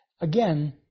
again